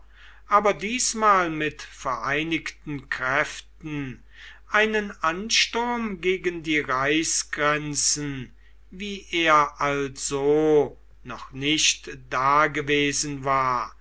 aber diesmal mit vereinigten kräften einen ansturm gegen die reichsgrenzen wie er also noch nicht dagewesen war